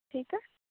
ठीक आहे